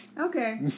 Okay